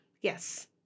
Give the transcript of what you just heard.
Yes